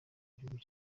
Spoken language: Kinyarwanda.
gihugu